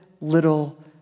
little